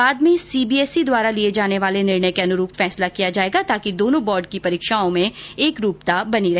बाद में सीबीएसई द्वारा लिए जाने वाले निर्णय के अनुरूप फैसला किया जाएगा ताकि दोनों बोर्ड की परीक्षाओं में एकरूपता बनी रहे